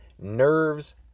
nerves